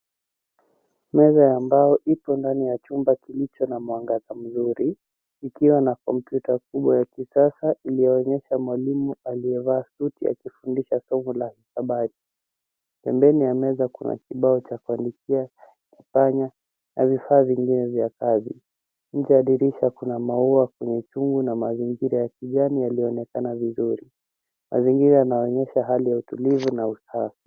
Meza ya mbao ipo ndani ya chumba kilicho na mwangaza mzuri ikiwa na kompyuta kubwa ya kisasa iliyoonyesha mwalimu aliyevaa suti akifundisha somo la hisabati. Pembeni ya meza kuna kibao cha kuandikia, kipanya na vifaa vingine vya kazi. Nje ya dirisha kuna maua kwenye chungu na mazingira ya kijani yalionekana vizuri. Mazingira yanaonyesha hali ya utulivu na usafi.